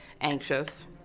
anxious